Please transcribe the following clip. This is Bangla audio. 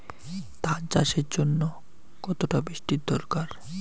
ধান চাষের জন্য কতটা বৃষ্টির দরকার?